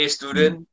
student